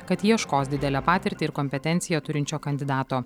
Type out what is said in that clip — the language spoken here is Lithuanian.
kad ieškos didelę patirtį ir kompetenciją turinčio kandidato